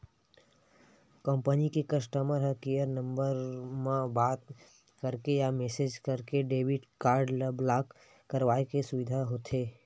company के customer care number म बात करके या मेसेज करके डेबिट कारड ल ब्लॉक कराए के सुबिधा होथे